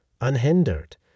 unhindered